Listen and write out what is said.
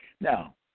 Now